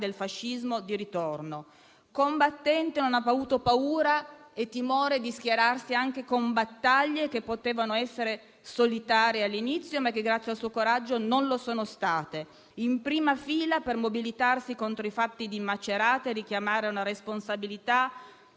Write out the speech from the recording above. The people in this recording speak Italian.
del fascismo di ritorno. Combattente, non ha avuto paura e timore di schierarsi, anche con battaglie che potevano essere solitarie all'inizio, ma che, grazie al suo coraggio, non lo sono state; in prima fila per mobilitarsi contro i fatti di Macerata, per richiamare una responsabilità